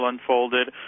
unfolded